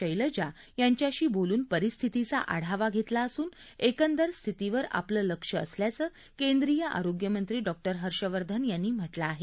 शैलजा यांच्याशी बोलून परिस्थितीचा आढावा घेतला असून एकदंर स्थितीवर आपलं लक्ष असल्याचं केंद्रीय आरोग्यमंत्री डॉ हर्षवर्धन यांनी म्हटलं आहे